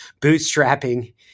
bootstrapping